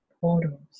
portals